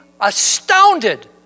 astounded